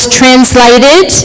translated